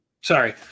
Sorry